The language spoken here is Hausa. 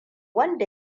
wanda